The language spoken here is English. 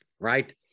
Right